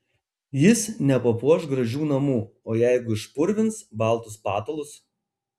jis nepapuoš gražių namų o jeigu išpurvins baltus patalus